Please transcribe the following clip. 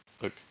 look